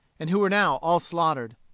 and who were now all slaughtered.